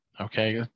okay